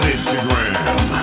Instagram